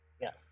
Yes